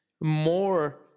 more